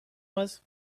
was